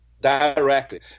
directly